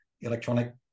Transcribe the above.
electronic